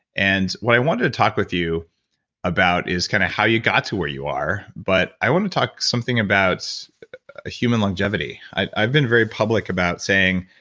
and what i wanted to talk with you about is kind of how you got to where you are. but i wanna talk something about human longevity. i've been very public about saying